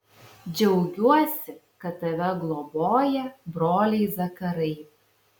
džiaugiuosi kad tave globoja broliai zakarai